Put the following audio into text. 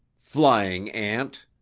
flying ant!